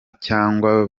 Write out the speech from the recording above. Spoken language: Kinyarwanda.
cyangwa